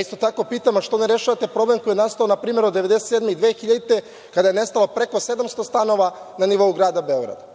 Isto tako pitam, što ne rešavate problem koji nastao na primer od 1997. i 2000. godine, kada je nestalo preko 700 stanova na nivou Grada Beograda?